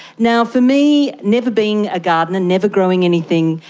now, for me, never being a gardener, never growing anything,